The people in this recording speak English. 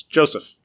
Joseph